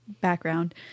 background